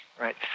right